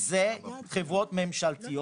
הוא חברות ממשלתיות.